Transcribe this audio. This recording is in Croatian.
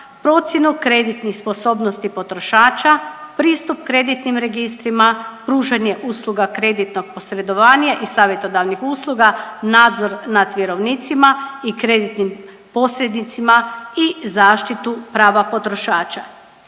procjenu kreditnih sposobnosti potrošača, pristup kreditnim registrima, pružanje usluga kreditnog posredovanja i savjetodavnih usluga, nadzor nad vjerovnicima i kreditnim posrednicima i zaštitu prava potrošača.